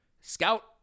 Scout